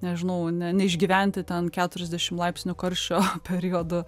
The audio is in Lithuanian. nežinau ne neišgyventi ten keturiasdešim laipsnių karščio periodų